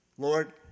Lord